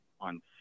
on